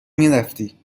میرفتی